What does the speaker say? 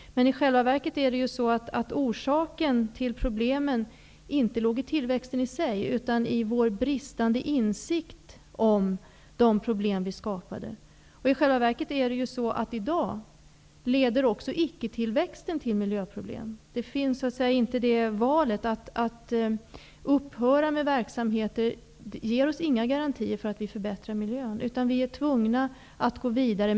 I själva verket låg orsaken till problemen inte i tillväxten i sig, utan i vår bristande insikt om de problem vi skapade. I själva verket leder också icke-tillväxten i dag till miljöproblem. Valet att upphöra med verksamheter ger oss inga garantier för att vi förbättrar miljön, utan vi är tvungna att gå vidare.